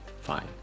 fine